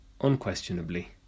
unquestionably